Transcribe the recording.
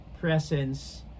presence